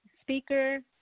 speaker